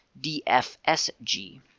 DFSG